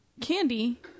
candy